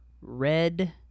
Red